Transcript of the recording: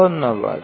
ধন্যবাদ